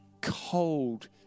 cold